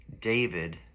David